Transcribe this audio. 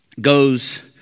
goes